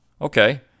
Okay